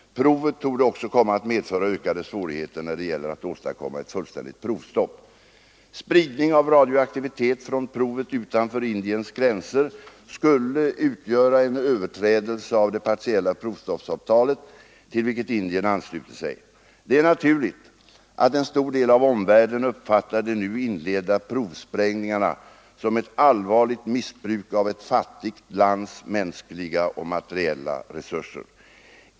Provet torde också komma att medföra ökade svårigheter när det gäller att åstadkomma ett fullständigt provstopp. Spridning av radioaktivitet från provet utanför Indiens gränser skulle utgöra en överträdelse av det partiella provstoppsavtalet, till vilket Indien anslutit sig. Det är naturligt, att en stor del av omvärlden uppfattar de nu inledda provsprängningarna som ett allvarligt missbruk av ett fattigt lands mänskliga och materiella resurser.